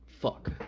Fuck